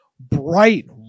Bright